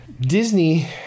Disney